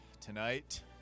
tonight